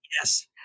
Yes